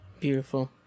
Beautiful